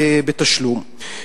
בתשלום.